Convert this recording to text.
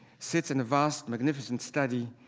sits in a vast, magnificent study,